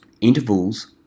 intervals